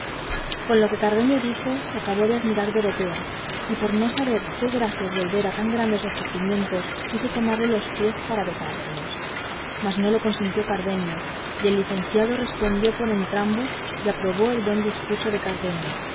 con lo que cardenio dijo se acabó de admirar dorotea y por no saber qué gracias volver a tan grandes ofrecimientos quiso tomarle los pies para besárselos mas no lo consintió cardenio y el licenciado respondió por entrambos y aprobó el buen discurso de cardenio